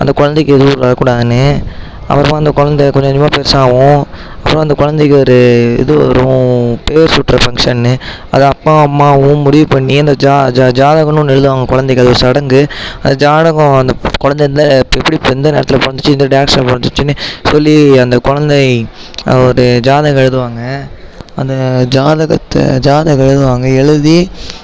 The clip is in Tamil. அந்த குழந்தைக்கு ஏதும் வரக்கூடாதுன்னு அப்புறமாக அந்த குழந்தை கொஞ்சம் கொஞ்சமாக பெருசாக ஆகும் அப்புறம் அந்த குழந்தைக்கு ஒரு இது வரும் பேர் சூட்டுற ஃபங்சன்னு அது அப்பாவும் அம்மாவும் முடிவு பண்ணி அந்த ஜாதகம்னு ஒன்று எழுதுவாங்க அது ஒரு சடங்கு ஜாதகம் அந்த கொழந்தை எப்படி எந்த நேரத்தில் பிறந்துச்சி எந்த டைரக்சன்ல பிறந்துச்சின்னு சொல்லி அந்த குழந்தை ஒரு ஜாதகம் எழுதுவாங்க அந்த ஜாதகத்தை ஜாதகம் எழுதுவாங்க எழுதி